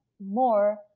more